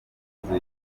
ikanzu